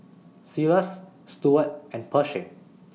Silas Stuart and Pershing